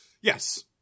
Yes